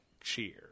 cheer